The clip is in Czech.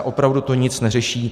Opravdu to nic neřeší.